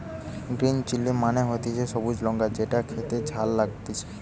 green chilli মানে হতিছে সবুজ লঙ্কা যেটো খেতে ঝাল লাগতিছে